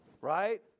Right